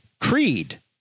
creed